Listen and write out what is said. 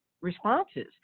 responses